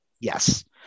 Yes